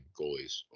goalies